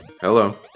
Hello